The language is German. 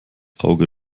auge